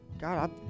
God